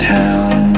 town